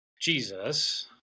Jesus